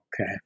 Okay